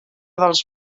dels